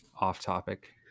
off-topic